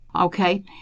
Okay